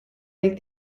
match